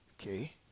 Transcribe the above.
Okay